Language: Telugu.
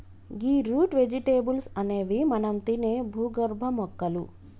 గీ రూట్ వెజిటేబుల్స్ అనేవి మనం తినే భూగర్భ మొక్కలు